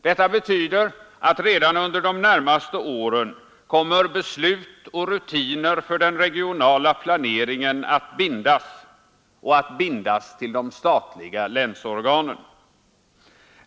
Detta betyder att redan under de närmaste åren kommer beslut och rutiner för den regionala planeringen att bindas och att bindas till de statliga länsorganen.